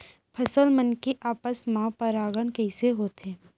फसल मन के आपस मा परागण कइसे होथे?